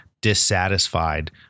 dissatisfied